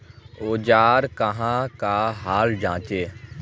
औजार कहाँ का हाल जांचें?